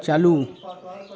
चालू